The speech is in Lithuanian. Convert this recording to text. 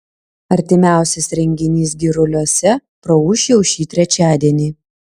artimiausias renginys giruliuose praūš jau šį trečiadienį